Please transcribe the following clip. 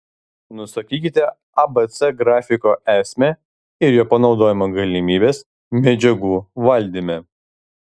nusakykite abc grafiko esmę ir jo panaudojimo galimybes medžiagų valdyme